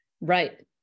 Right